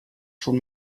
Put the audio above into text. schon